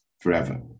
forever